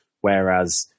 whereas